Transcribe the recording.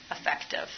effective